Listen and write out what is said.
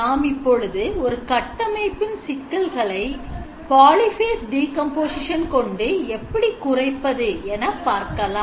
நாம் இப்பொழுது ஒரு கட்டமைப்பின் சிக்கல்களை polyphase decomposition கொண்டு எப்படி குறைப்பது என பார்க்கலாம்